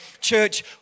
Church